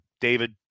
David